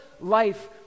life